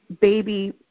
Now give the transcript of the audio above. baby